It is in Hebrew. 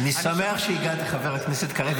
אני שמח שהגעת, חבר הכנסת קריב.